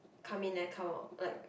come in and come out like